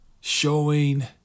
Showing